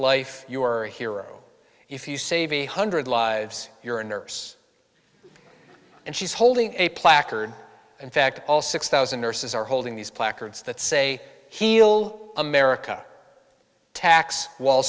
life you are a hero if you save a hundred lives you're a nurse and she's holding a placard in fact all six thousand nurses are holding these placards that say heal america attacks wall